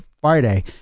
Friday